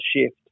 shift